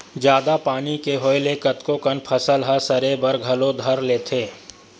जादा पानी के होय ले कतको कन फसल ह सरे बर घलो धर लेथे